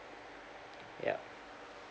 yup